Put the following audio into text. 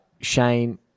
Shane